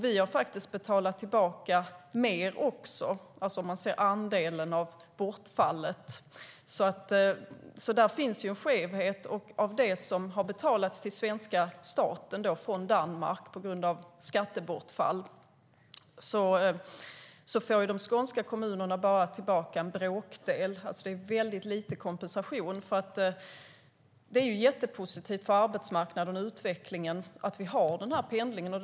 Vi har betalat tillbaka mer sett till andelen av bortfallet. Där finns en skevhet. Av det som har betalats till svenska staten från Danmark på grund av skattebortfall får de skånska kommunerna tillbaka bara en bråkdel. Det är lite kompensation. Det är positivt för arbetsmarknaden och utvecklingen att pendlingen finns.